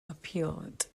appellate